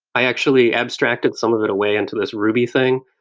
i actually abstracted some of it away into this ruby thing.